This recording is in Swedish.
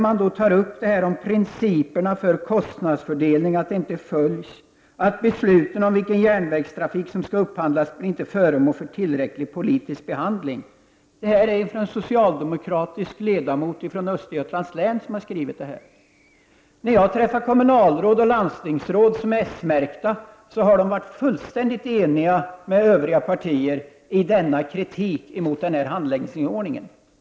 Man tar där upp att principerna för kostnadsfördelning inte följs och att besluten om vilken järnvägstrafik som skall upphandlas inte blir föremål för tillräcklig politisk behandling. Det här har en socialdemokratisk ledamot från Östergötlands län skrivit. När jag har träffat kommunalråd och landstingsråd som är ”s-märkta” har de varit fullständigt eniga med övriga partier i denna kritik emot handläggningsordningen.